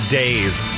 days